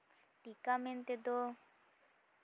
ᱴᱤᱠᱟ ᱢᱮᱱ ᱛᱮᱫᱚ